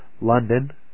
London